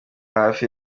hafi